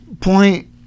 point